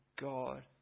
God